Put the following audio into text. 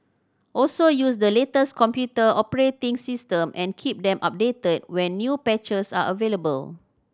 also use the latest computer operating system and keep them updated when new patches are available